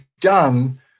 done